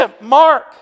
Mark